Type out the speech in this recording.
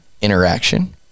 interaction